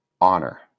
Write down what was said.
honor